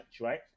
right